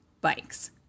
bikes